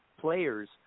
players